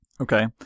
Okay